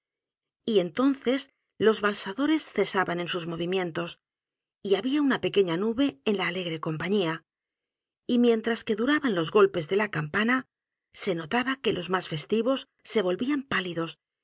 y entonces los valsadores cesaban en sus movimientos y había una pequeña nube en la alegre compañía y mientras que duraban los golpes de la campana se notaba que los más festivos se volvían pálidos